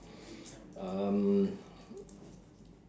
um